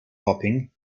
hopping